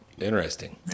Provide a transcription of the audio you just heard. Interesting